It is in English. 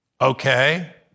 okay